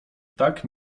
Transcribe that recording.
tak